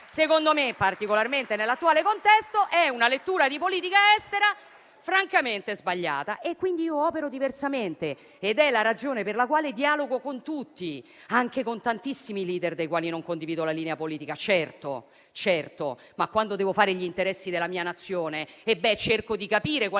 Secondo me, particolarmente nell'attuale contesto, questa è una lettura di politica estera francamente sbagliata. Quindi, io opero diversamente ed è la ragione per la quale dialogo con tutti, anche con tantissimi *leader* dei quali non condivido la linea politica, certo. Quando devo fare gli interessi della mia Nazione, cerco di capire qual